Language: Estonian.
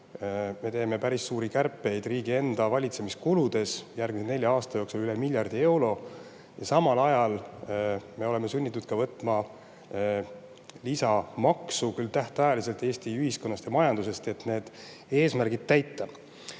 me teeme päris suuri kärpeid riigi enda valitsemiskuludes – järgmise nelja aasta jooksul üle miljardi euro. Samal ajal oleme sunnitud ka võtma lisamaksu, küll tähtajaliselt, Eesti ühiskonnast ja majandusest, et need eesmärgid täita.